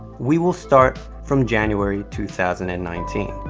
we will start from january two thousand and nineteen.